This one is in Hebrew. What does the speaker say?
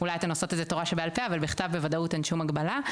כתורה שבעל-פה כי בכתב בוודאות אין שום הגבלה.